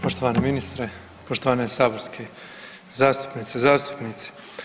Poštovani ministre, poštovane saborske zastupnice i zastupnici.